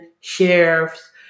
sheriffs